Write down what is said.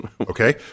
Okay